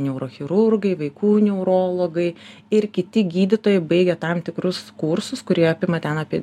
neurochirurgai vaikų neurologai ir kiti gydytojai baigę tam tikrus kursus kurie apima ten apie